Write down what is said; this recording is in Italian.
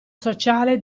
sociale